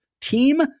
team